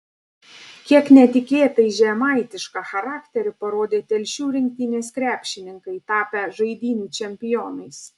kiek netikėtai žemaitišką charakterį parodė telšių rinktinės krepšininkai tapę žaidynių čempionais